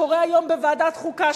קורה היום בוועדת חוקה,